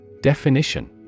Definition